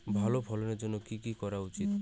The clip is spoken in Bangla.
ভালো ফলনের জন্য কি কি করা উচিৎ?